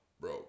bro